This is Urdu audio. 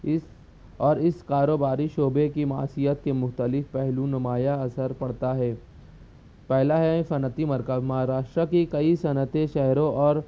اس اور اس کاروباری شعبے کی معاشیت کے مختلف پہلو نمایاں اثر پڑتا ہے پہلا ہے صنعتی مرکز مہاراشٹرا کی کئی صنعتیں شہروں اور